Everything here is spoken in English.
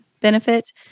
benefit